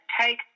take